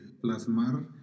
plasmar